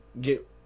get